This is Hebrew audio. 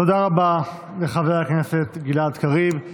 תודה רבה לחבר הכנסת גלעד קריב.